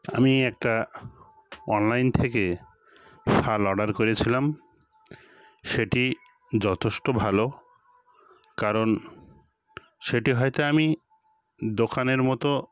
আমি একটা অনলাইন থেকে শাল অর্ডার করেছিলাম সেটি যথেষ্ট ভালো কারণ সেটি হয়তো আমি দোকানের মতো